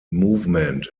movement